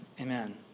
Amen